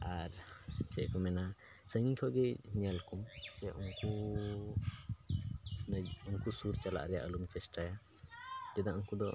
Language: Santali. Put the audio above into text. ᱟᱨ ᱪᱮᱫ ᱠᱚ ᱢᱮᱱᱟ ᱥᱟᱺᱜᱤᱧ ᱠᱷᱚᱡ ᱜᱮ ᱧᱮᱞ ᱠᱚᱢ ᱥᱮ ᱩᱱᱠᱩ ᱢᱟᱱᱮ ᱩᱱᱠᱩ ᱥᱩᱨ ᱪᱟᱞᱟᱜ ᱨᱮᱟᱜ ᱟᱞᱚᱢ ᱪᱮᱥᱴᱟᱭᱟ ᱪᱮᱫᱟᱜ ᱩᱱᱠᱩ ᱫᱚ